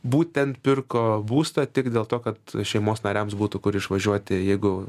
būtent pirko būstą tik dėl to kad šeimos nariams būtų kur išvažiuoti jeigu